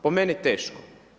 Po meni teško.